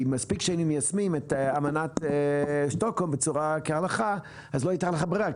מספיק שהיינו מיישמים את אמנת שטוקהולם כהלכה אז לא הייתה לך ברירה,